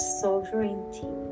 sovereignty